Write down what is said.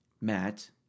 Matt